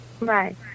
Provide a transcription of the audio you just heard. Right